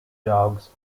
dogs